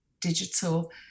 digital